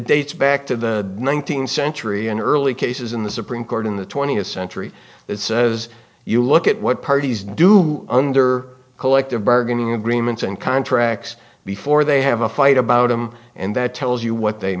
dates back to the nineteenth century and early cases in the supreme court in the twentieth century it's as you look at what parties do under collective bargaining agreements and contracts before they have a fight about him and that tells you what they